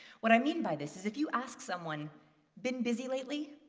what i mean by this is if you ask someone been busy lately?